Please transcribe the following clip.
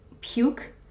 puke